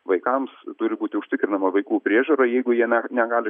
vaikams turi būti užtikrinama vaikų priežiūra jeigu jie na negali